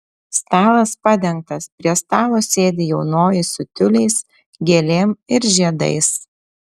stalas padengtas prie stalo sėdi jaunoji su tiuliais gėlėm ir žiedais